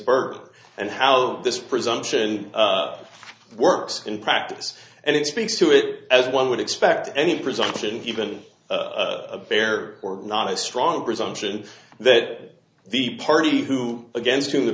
earth and how this presumption works in practice and it speaks to it as one would expect any presumption given a fair or not a strong presumption that the party who against whom the